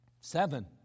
Seven